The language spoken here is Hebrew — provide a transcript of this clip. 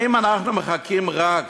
האם אנחנו מחכים ורק